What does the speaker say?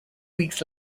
weeks